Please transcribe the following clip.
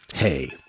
Hey